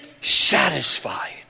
satisfied